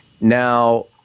Now